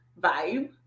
vibe